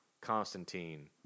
Constantine